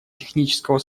технического